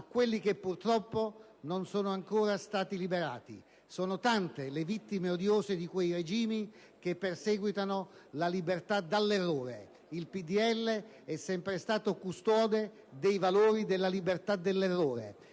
quelli che purtroppo non sono ancora stati liberati. Sono tante le vittime di quei regimi odiosi che perseguitano la libertà dall'errore. Il PdL è sempre stato custode dei valori della libertà dell'errore.